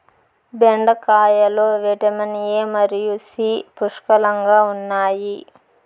బెండకాయలో vitamin A మరియు C పుష్కలంగా ఉన్నాయి